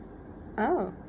oh